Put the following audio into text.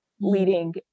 leading